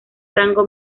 rango